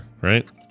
right